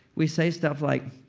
we say stuff like,